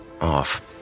off